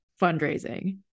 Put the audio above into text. fundraising